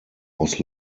was